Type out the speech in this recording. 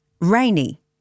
rainy